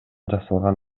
жасалган